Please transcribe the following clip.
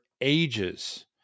ages